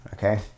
Okay